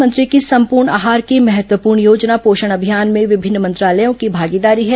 प्रधानमंत्री की संपूर्ण आहार की महत्वपूर्ण योजना पोषण अभियान में विभिन्न मंत्रालयों की भागीदारी है